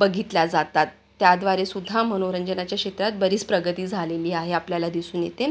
बघितल्या जातात त्याद्वारे सुद्धा मनोरंजनाच्या क्षेत्रात बरीच प्रगती झालेली आहे आपल्याला दिसून येते